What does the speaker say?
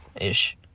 ish